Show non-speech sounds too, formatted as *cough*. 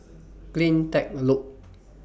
*noise* CleanTech Loop